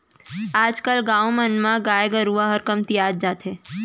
आज कल गाँव मन म गाय गरूवा ह कमतियावत जात हे